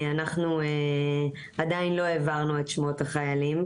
אנחנו עדיין לא העברנו את שמות החיילים,